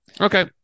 okay